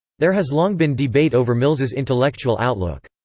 there has long been debate over mills's intellectual outlook.